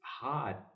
hard